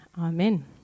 Amen